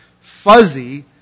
fuzzy